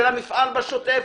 המפעל בשוטף?